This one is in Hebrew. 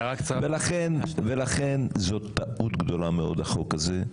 ולכן, זאת טעות גדולה מאוד, החוק הזה.